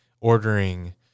ordering